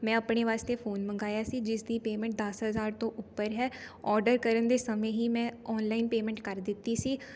ਮੈਂ ਆਪਣੇ ਵਾਸਤੇ ਫ਼ੋਨ ਮੰਗਵਾਇਆ ਸੀ ਜਿਸ ਦੀ ਪੇਅਮੈਂਟ ਦਸ ਹਜ਼ਾਰ ਤੋਂ ਉੱਪਰ ਹੈ ਔਡਰ ਕਰਨ ਦੇ ਸਮੇਂ ਹੀ ਮੈਂ ਔਨਲਾਈਨ ਪੇਅਮੈਂਟ ਕਰ ਦਿੱਤੀ ਸੀ